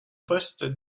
poste